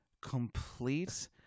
complete